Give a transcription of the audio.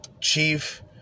Chief